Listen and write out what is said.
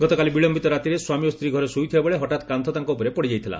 ଗତକାଲି ବିଳୟିତ ରାତିରେ ସ୍ୱାମୀ ଓ ସ୍ୱୀ ଘରେ ଶୋଇଥିବାବେଳେ ହଠାତ୍ କାନ୍କ ତାଙ୍କ ଉପରେ ପଡ଼ି ଯାଇଥିଲା